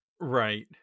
right